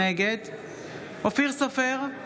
נגד אופיר סופר,